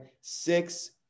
six